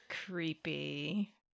Creepy